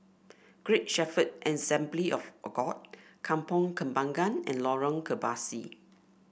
Great Shepherd Assembly of God Kampong Kembangan and Lorong Kebasi